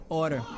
order